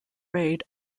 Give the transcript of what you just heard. raid